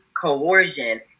coercion